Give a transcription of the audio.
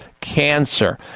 cancer